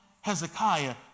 Hezekiah